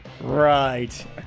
Right